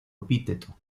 epíteto